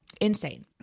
Insane